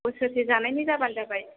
बोसोरसे जानायनि जाब्लानो जाबाय